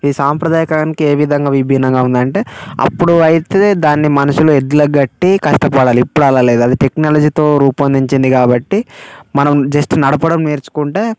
ఇది సాంప్రదాయకరానికి ఏవిధంగా విభిన్నంగా ఉంది అంటే అప్పుడు అయితే దాన్ని మనుషులు ఎడ్లకు కట్టి కష్టపడాలి ఇప్పుడు అలా లేదు అది టెక్నాలజీతో రూపొందించింది కాబట్టి మనం జస్ట్ నడపడం నేర్చుకుంటే